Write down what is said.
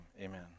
Amen